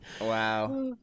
Wow